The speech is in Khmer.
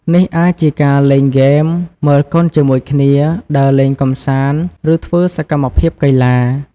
នេះអាចជាការលេងហ្គេម មើលកុនជាមួយគ្នា ដើរលេងកម្សាន្ត ឬធ្វើសកម្មភាពកីឡា។